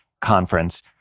conference